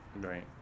Right